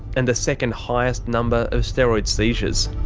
and the second highest number of steroid seizures.